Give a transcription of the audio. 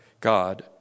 God